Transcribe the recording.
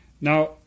Now